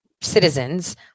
citizens